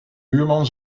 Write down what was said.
buurman